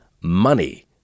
money